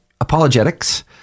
apologetics